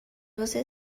você